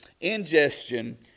ingestion